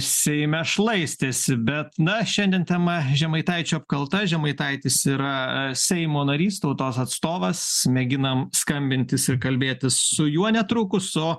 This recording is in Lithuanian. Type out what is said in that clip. seime šlaistėsi bet na šiandien tema žemaitaičio apkalta žemaitaitis yra seimo narys tautos atstovas mėginam skambintis ir kalbėtis su juo netrukus o